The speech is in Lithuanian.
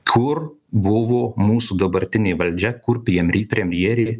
kur buvo mūsų dabartinė valdžia kur pjemry premjerė